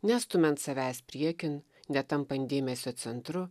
nestumiant savęs priekin netampant dėmesio centru